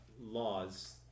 laws